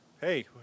Hey